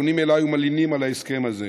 פונים אליי ומלינים על ההסכם הזה.